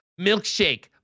milkshake